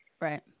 Right